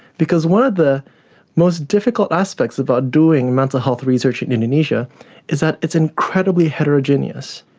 because one of the most difficult aspects about doing mental health research in indonesia is that it's incredibly heterogeneous,